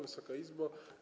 Wysoka Izbo!